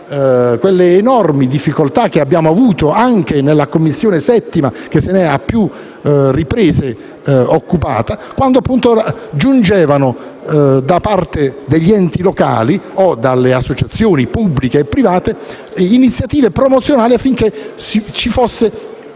quelle enormi difficoltà che abbiamo avuto anche in 7a Commissione - che se n'è a più riprese occupata - quando giungevano, da parte di enti locali o di associazioni pubbliche e private, iniziative promozionali affinché un bene